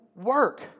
work